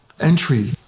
entry